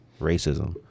racism